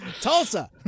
tulsa